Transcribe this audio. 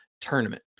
tournament